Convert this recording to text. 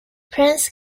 prince